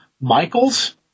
Michael's